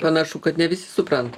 panašu kad nevisi supranta